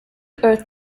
earth